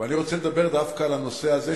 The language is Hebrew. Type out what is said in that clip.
ואני רוצה לדבר דווקא על הנושא הזה,